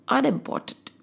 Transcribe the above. unimportant